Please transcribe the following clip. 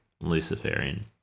Luciferian